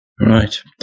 right